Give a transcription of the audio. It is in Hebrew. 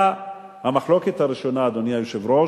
המחלוקת הראשונה היתה, אדוני היושב-ראש,